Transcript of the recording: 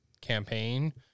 campaign